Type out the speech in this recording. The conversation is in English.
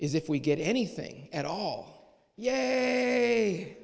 is if we get anything at all yeah